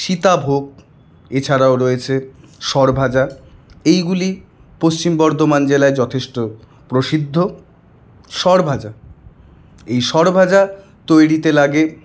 সীতাভোগ এছাড়াও রয়েছে সরভাজা এইগুলি পশ্চিম বর্ধমান জেলায় যথেষ্ট প্রসিদ্ধ সরভাজা এই সরভাজা তৈরিতে লাগে